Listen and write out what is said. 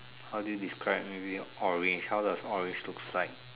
how do you describe maybe orange how does orange looks like